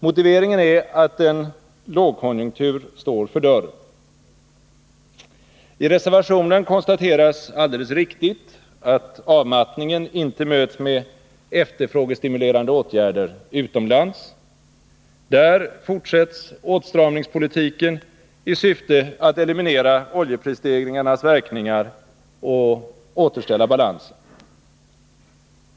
Motiveringen är att en lågkonjunktur står för dörren. I reservationen konstateras alldeles riktigt att avmattningen inte möts med efterfrågestimulerande åtgärder utomlands. Där fortsätts åtstramningspolitiken i syfte att eliminera oljeprisstegringarnas verkningar och återställa balansen.